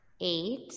eight